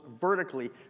vertically